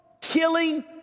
Killing